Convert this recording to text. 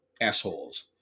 assholes